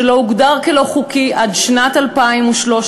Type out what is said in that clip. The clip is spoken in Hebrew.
שלא הוגדר כלא-חוקי עד שנת 2013,